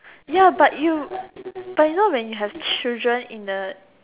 ya but you but you know when you have children in the